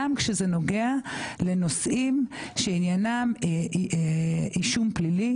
גם כשזה נוגע לנושאים שעניינם אישום פלילי